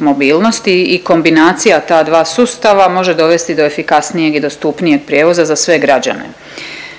mobilnosti. I kombinacija ta dva sustava može dovesti do efikasnijeg i dostupnijeg prijevoza za sve građane.